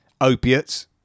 Opiates